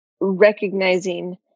Recognizing